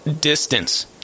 distance